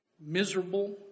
miserable